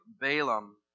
Balaam